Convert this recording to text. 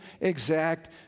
exact